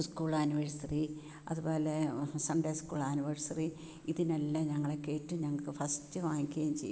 school anniversary അത്പോലെ Sunday school anniversary ഇതിനെല്ലാം ഞങ്ങളെ കയറ്റും ഞങ്ങൾക്ക് ഫസ്റ്റ് വാങ്ങിക്കുകയും ചെയ്യും